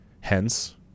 Hence